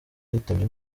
yitabye